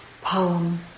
poem